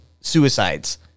suicides